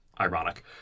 ironic